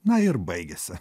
na ir baigiasi